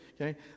okay